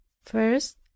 First